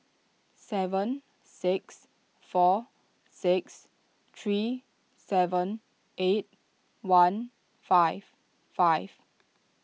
seven six four six three seven eight one five five